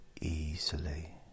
easily